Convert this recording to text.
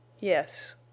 Yes